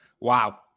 Wow